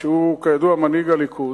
שהוא, כידוע, מנהיג הליכוד,